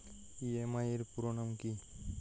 EMI এর পুরোনাম কী?